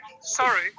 Sorry